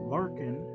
Larkin